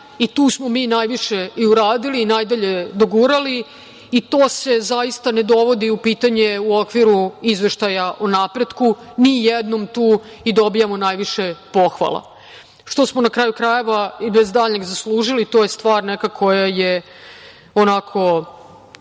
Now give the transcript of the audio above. i tu smo mi najviše i uradili i najdalje dogurali i to se zaista ne dovodi u pitanje u okviru izveštaja o napretku, ni jednom tu, i dobijemo najviše pohvala, što smo, na kraju krajeva, i bez daljnjeg, zaslužili, to je stvar koja je faktička,